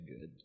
good